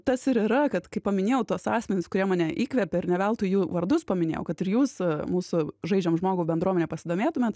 tas ir yra kad kai paminėjau tuos asmenis kurie mane įkvepia ir ne veltui jų vardus paminėjau kad ir jūs mūsų žaidžiam žmogų bendruomenė pasidomėtumėt